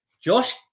Josh